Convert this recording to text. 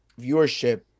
viewership